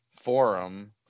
forum